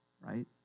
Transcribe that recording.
Right